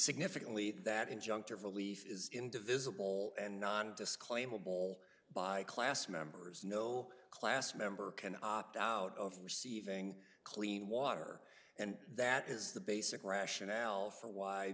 significantly that injunctive relief is in divisible and non disclaimer bowl by class members no class member can opt out of receiving clean water and that is the basic rationale for why